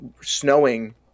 snowing